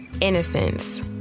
Innocence